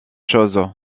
chose